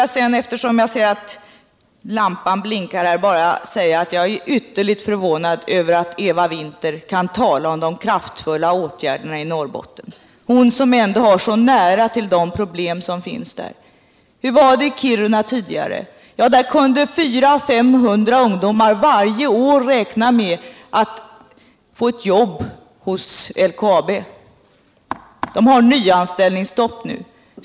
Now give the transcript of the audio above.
Jag är utomordentligt förvånad över att Eva Winther kan tala om de kraftfulla åtgärderna för Norrbotten — Eva Winther som ändå har så nära till de problem som finns där. Hur var det i Kiruna tidigare? Där kunde 400-500 ungdomar varje år räkna med att få ett jobb hos LKAB. Det företaget har nu nyanställningsstopp.